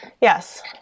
Yes